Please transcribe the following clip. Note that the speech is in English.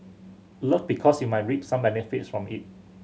love because you might reap some benefits from it